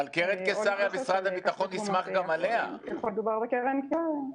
אבל משרד הביטחון נסמך גם על קרן קיסריה.